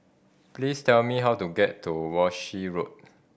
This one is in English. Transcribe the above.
please tell me how to get to Walshe Road